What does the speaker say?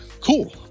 cool